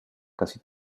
casi